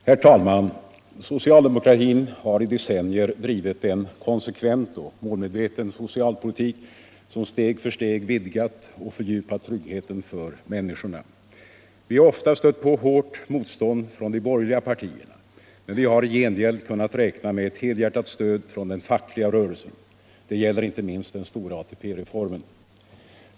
Herr talman! Socialdemokratin har i decennier drivit en konsekvent och målmedveten socialpolitik, som steg för steg vidgat och fördjupat tryggheten för människorna. Vi har ofta stött på hårt motstånd från de borgerliga partierna, men vi har i gengäld kunnat räkna med ett helhjärtat stöd från den fackliga rörelsen. Det gäller inte minst den stora ATP reformen.